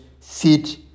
fit